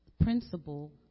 principle